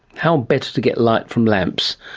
how better to get light from lamps.